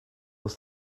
wrth